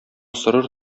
сорыр